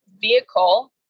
vehicle